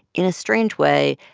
in a strange way,